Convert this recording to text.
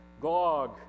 Gog